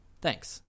Thanks